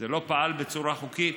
זה לא פעל בצורה חוקית?